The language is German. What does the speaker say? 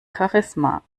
charisma